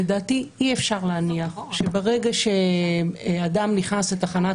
לדעתי אי-אפשר להניח שברגע שאדם נכנס לתחנת